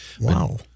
Wow